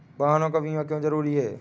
वाहनों का बीमा क्यो जरूरी है?